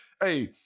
Hey